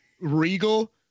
regal